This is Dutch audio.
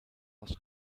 was